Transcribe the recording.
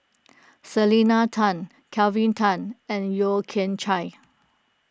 Selena Tan Kelvin Tan and Yeo Kian Chye